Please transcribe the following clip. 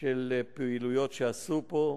של פעילויות שעשו פה.